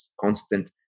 constant